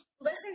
listen